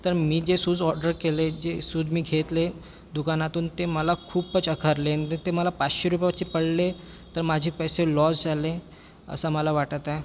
तर मी जे शूज ऑर्डर केले जे सूज मी घेतले दुकानातून ते मला खूपच अखरले आणि ते मला पाचशे रुपयाचे पडले तर माझे पैसे लॉस झाले असं मला वाटतं आहे